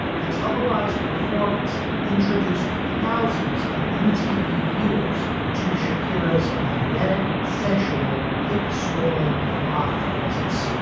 the televised performance introduced thousands of mtv viewers to shakira as magnetic, sensual, hip swivelling live presence